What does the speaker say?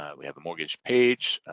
ah we have a mortgage page,